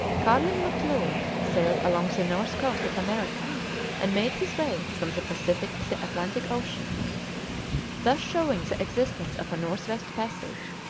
carlin m'clure sailed along the north coast of america and made his way from the pacific to the atlantic ocean thus showing the existence of a north-west passage,